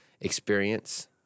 experience